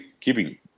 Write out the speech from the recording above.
Keeping